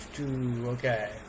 okay